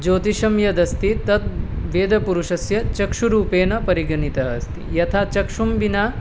ज्योतिषं यद् अस्ति तत् वेदपुरुषस्य चक्षूरूपेण परिगणितम् अस्ति यथा चक्षुः विना